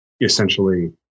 essentially